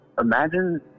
Imagine